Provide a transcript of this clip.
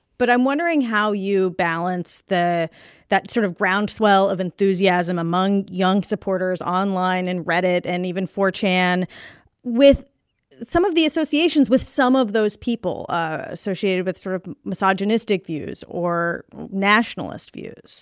but i'm wondering how you balance the that sort of groundswell of enthusiasm among young supporters online and reddit and even four chan with some of the associations with some of those people associated with sort of misogynistic views or nationalist views